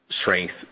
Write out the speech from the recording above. strength